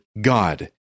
God